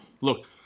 look